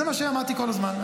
זה מה שאמרתי כל הזמן.